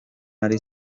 ari